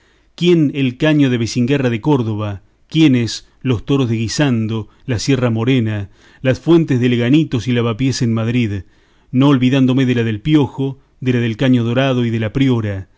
quién el caño de vecinguerra de córdoba quiénes los toros de guisando la sierra morena las fuentes de leganitos y lavapiés en madrid no olvidándome de la del piojo de la del caño dorado y de la priora